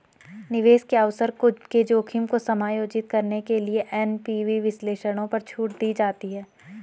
निवेश के अवसर के जोखिम को समायोजित करने के लिए एन.पी.वी विश्लेषणों पर छूट दी जाती है